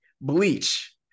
Bleach